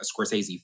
Scorsese